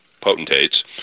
potentates